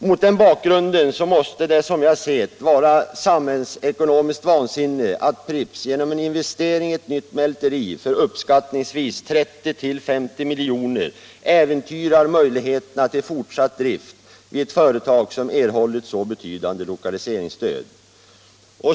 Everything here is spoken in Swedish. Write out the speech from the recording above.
Mot den bakgrunden måste det, som jag ser det, vara samhällsekonomiskt vansinne att Pripps genom en investering i ett nytt mälteri för uppskattningsvis 30-50 milj.kr. äventyrar möjligheterna till fortsatt drift vid ett företag som erhållit så betydande lokaliseringsstöd.